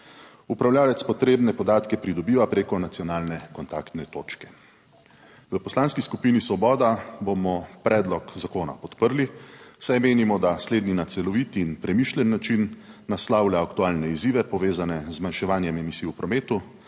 Upravljavec potrebne podatke pridobiva preko nacionalne kontaktne točke. V Poslanski skupini Svoboda bomo predlog zakona podprli, saj menimo, da slednji na celovit in premišljen način naslavlja aktualne izzive povezane z zmanjševanjem emisij v prometu,